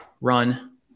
run